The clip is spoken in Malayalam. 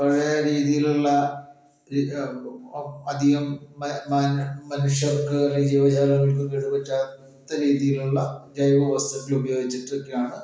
പഴയ രീതിയിലുള്ള ഈ അധികം മനുഷ്യർക്ക് അല്ലെങ്കിൽ ജീവജാലങ്ങൾക്ക് കേടുപറ്റാത്ത രീതിയിലുള്ള ജൈവ വസ്തുക്കൾ ഉപയോഗിച്ചിട്ടൊക്കെയാണ്